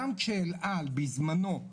גם כשאל-על, בזמנו,